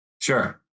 Sure